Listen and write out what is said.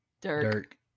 Dirk